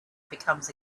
becomes